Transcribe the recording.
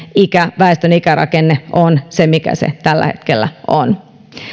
väestön ikärakenne on se mikä se tällä hetkellä on